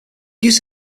use